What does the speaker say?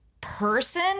person